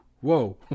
whoa